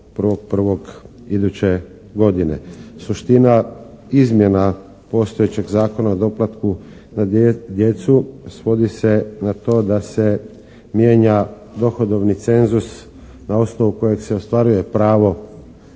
iduće godine. Suština izmjena postojećeg Zakona o doplatku na djecu svodi se na to da se mijenja dohodovni cenzus na osnovu kojeg se ostvaruje pravo